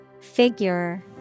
Figure